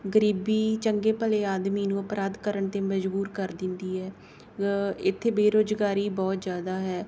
ਗਰੀਬੀ ਚੰਗੇ ਭਲੇ ਆਦਮੀ ਨੂੰ ਅਪਰਾਧ ਕਰਨ 'ਤੇ ਮਜ਼ਬੂਰ ਕਰ ਦਿੰਦੀ ਹੈ ਇੱਥੇ ਬੇਰੁਜ਼ਗਾਰੀ ਬਹੁਤ ਜ਼ਿਆਦਾ ਹੈ